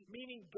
Meaning